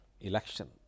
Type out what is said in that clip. election